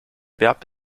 verb